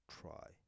try